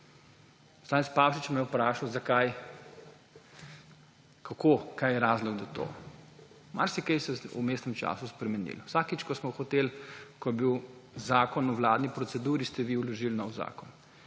Poslanec Pavšič me je vprašal, zakaj, kako, kaj je razlog, da to. marsikaj se je v vmesnem času spremenilo. Vsakič, ko smo hoteli, ko je bil zakon v vladni proceduri, ste vi vložili nov zakon.